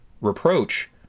reproach